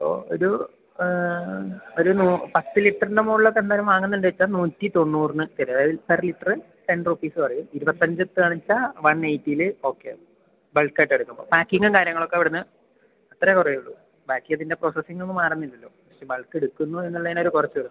അപ്പം ഒരു ഒരു പത്ത് ലിറ്ററിൻ്റ മുകളിലൊക്കെ എന്തായാലും വാങ്ങുന്നുണ്ടെന്നു വച്ചാൽ നൂറ്റി തൊണ്ണൂറിന് തരും അതായത് പെർ ലിറ്റർ ടെൻ റുപ്പീസ് കുറയും ഇരുപത്തഞ്ച് എത്തുകയാണെന്നു വച്ചാൽ വൺ എയ്റ്റിയിൽ ഓക്കെ ആവും ബൾക്ക് ആയിട്ട് എടുക്കുമ്പം പാക്കിംഗും കാര്യങ്ങളൊക്കെ ഇവിടെ നിന്ന് അത്രയേ കുറയുള്ളൂ ബാക്കി ഇതിൻ്റെ പ്രോസസ്സിംഗ് ഒന്നും മാറുന്നില്ലല്ലൊ പക്ഷെ ബൾക്ക് എടുക്കുന്നു എന്ന് ഉള്ളതിന് ഒരു കുറച്ചു തരും